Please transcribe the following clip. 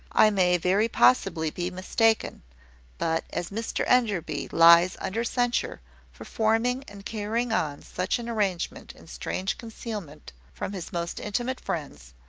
i may very possibly be mistaken but as mr enderby lies under censure for forming and carrying on such an arrangement in strange concealment from his most intimate friends,